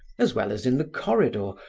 as well as in the corridor,